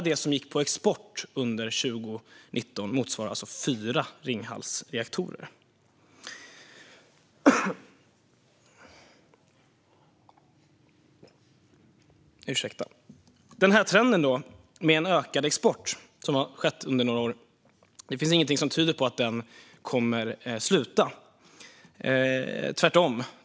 Det finns inget som tyder på att denna trend med ökad export, som vi sett under några år, kommer att upphöra.